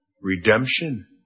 redemption